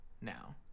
now